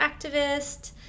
activist